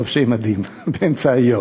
לובשי מדים, באמצע היום,